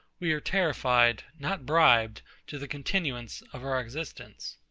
we are terrified, not bribed to the continuance of our existence.